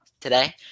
today